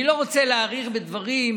אני לא רוצה להאריך בדברים.